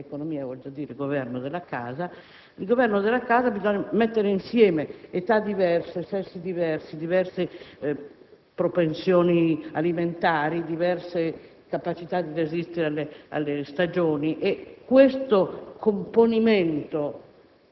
della casa. Nel governo della casa bisogna mettere insieme età diverse, sessi diversi, diversi gusti alimentari, diverse capacità di resistere alle stagioni. Questo componimento